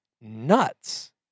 nuts